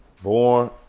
Born